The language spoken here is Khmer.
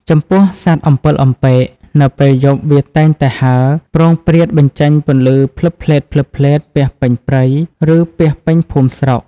ចំពោះ សត្វអំពិលអំពែក នៅពេលយប់វាតែងតែហើរ ព្រោងព្រាតបញ្ចេញពន្លឺភ្លិបភ្លែតៗ ពាសពេញព្រៃ ឬពាសពេញភូមិស្រុក។